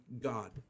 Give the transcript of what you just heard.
God